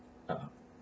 uh